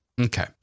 Okay